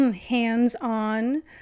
hands-on